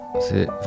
c'est